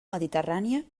mediterrània